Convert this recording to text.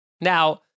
Now